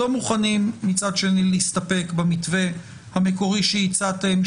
אנחנו לא מוכנים מצד שני להסתפק במתווה המקורי שהצעתם,